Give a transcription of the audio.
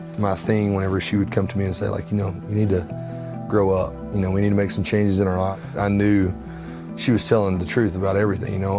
my theme whenever she would come to me and say, like you know, you need to grow up. you know we need to make some changes in our lives. ah i knew she was telling the truth about everything. you know